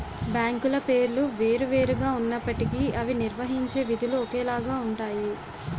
బ్యాంకుల పేర్లు వేరు వేరు గా ఉన్నప్పటికీ అవి నిర్వహించే విధులు ఒకేలాగా ఉంటాయి